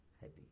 happy